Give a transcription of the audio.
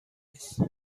نیست